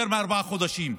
יותר מארבעה חודשים,